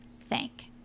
thank